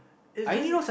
is just